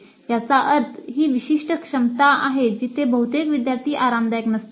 याचा अर्थ ही विशिष्ट क्षमता आहे जिथे बहुतेक विद्यार्थी आरामदायक नसतात